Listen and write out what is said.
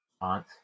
aunt